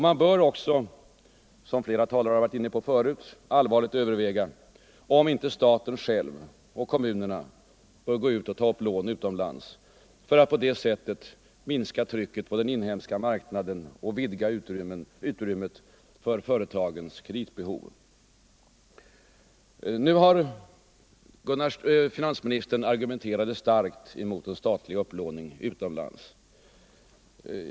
Man bör också — som flera talare har varit inne på förut — allvarligt överväga om inte staten och kommunerna bör ta upp lån utomlands för att på det sättet minska trycket på den inhemska marknaden och vidga utrymmet för företagens kreditbehov. Finansministern argumenterade starkt mot en statlig upplåning utomlands.